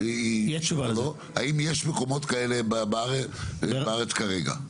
האם יש מקומות כאלה בארץ כרגע?